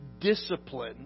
Discipline